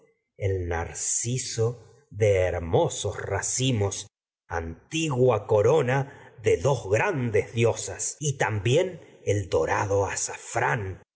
el narciso de hermosos y un día mos celestial rocío raci antigua corona y de dos grandes diosas sin cesar corren también que el dorado azafrán